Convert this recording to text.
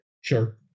sure